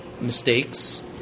mistakes